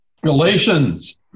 Galatians